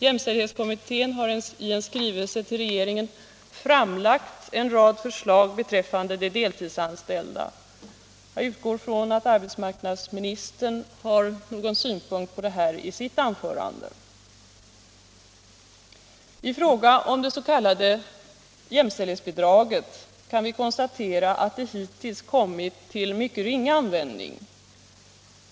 Jämställdhetskommittén har i en skrivelse till regeringen framlagt en rad förslag beträffande de deltidsanställda. Jag utgår från att arbetsmarknadsministern har någon synpunkt på detta i sitt anförande. I fråga om det s.k. jämställdhetsbidraget kan vi konstatera att det hittills kommit till mycket ringa användning.